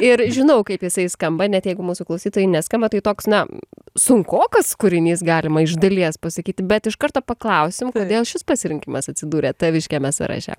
ir žinau kaip jisai skamba net jeigu mūsų klausytojai neskamba tai toks na sunkokas kūrinys galima iš dalies pasakyti bet iš karto paklausim kodėl šis pasirinkimas atsidūrė taviškiame sąraše